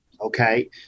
Okay